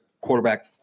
quarterback